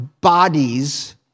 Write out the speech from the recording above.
bodies